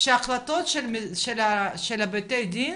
שהחלטות של בתי הדין